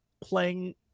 playing